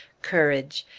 courage!